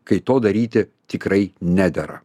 kai to daryti tikrai nedera